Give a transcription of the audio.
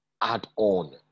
add-on